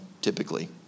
typically